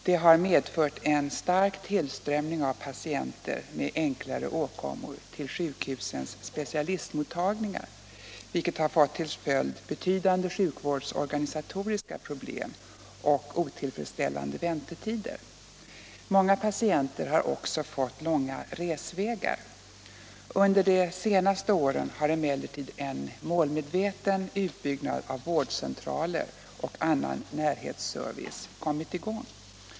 Det har medfört en stark tillströmning av patienter med enklare åkommor till sjukhusens specialistmottagningar, vilken har fått till följd betydande sjukvårdsorganisatoriska problem och otillfredsställande väntetider. Många patienter har också fått långa resvägar. Under de senaste åren har emellertid en målmedveten utbyggnad av vårdcentraler och annan närhetsservice kommit i gång.